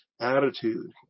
attitude